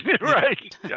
Right